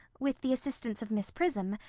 with the assistance of miss prism,